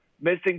missing